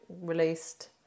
released